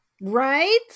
Right